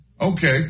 okay